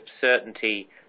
certainty